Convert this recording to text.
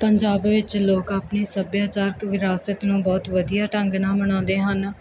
ਪੰਜਾਬ ਵਿੱਚ ਲੋਕ ਆਪਣੀ ਸੱਭਿਆਚਾਰਕ ਵਿਰਾਸਤ ਨੂੰ ਬਹੁਤ ਵਧੀਆ ਢੰਗ ਨਾਲ ਮਨਾਉਂਦੇ ਹਨ